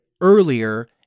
earlier